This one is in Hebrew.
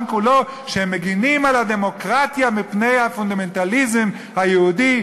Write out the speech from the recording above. כולו שהם מגִנים על הדמוקרטיה מפני הפונדמנטליזם היהודי,